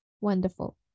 wonderful